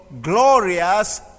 Glorious